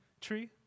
tree